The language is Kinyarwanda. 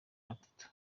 gatatu